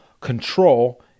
control